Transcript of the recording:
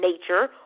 nature